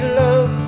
love